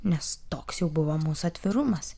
nes toks jau buvo mūsų atvirumas